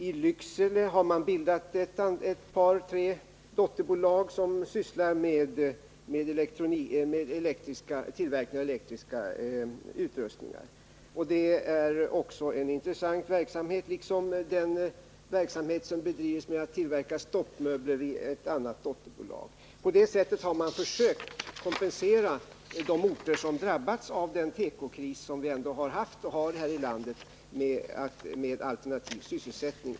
I Lycksele har man bildat ett par tre dotterbolag, som sysslar med tillverkning av elektriska utrustningar. Det är också en intressant verksamhet liksom den verksamhet som bedrivs med att tillverka stoppmöbler i ett annat dotterbolag. På det sättet har man försökt kompensera de orter som drabbats av den tekokris som vi har haft och har här i landet med alternativ sysselsättning.